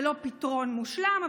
זה לא פתרון מושלם,